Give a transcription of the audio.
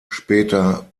später